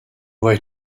way